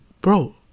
bro